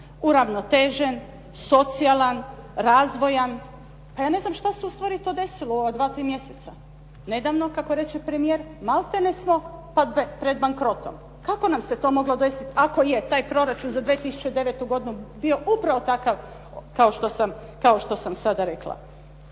uravnotežen, socijalan, razvojan. Pa ja ne znam što se ustvari to desilo u ova 2, 3 mjeseca. Nedavno, kako reče premijer, maltene smo pred bankrotom. Kako nam se to moglo desiti ako je taj Proračun za 2009. godinu bio upravo takav kao što sam sada rekla?